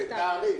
תודה רבה.